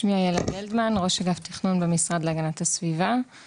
אני ראש אגף תכנון במשרד להגנת הסביבה.